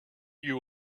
you